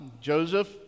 Joseph